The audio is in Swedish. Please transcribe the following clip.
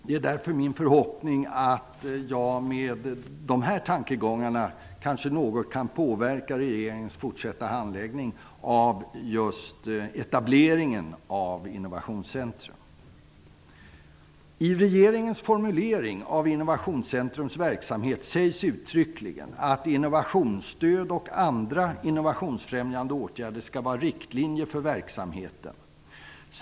Det är därför min förhoppning att jag med dessa tankar kanske något kan påverka regeringens fortsatta handläggning av frågan om etablering av I regeringens formulering av Innovationscentrums verksamhet sägs uttryckligen att innovationsstöd och andra innovationsfrämjande åtgärder skall vara riktlinjer för verksamheten.